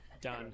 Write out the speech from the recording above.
Done